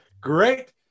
great